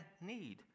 need